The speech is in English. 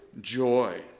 joy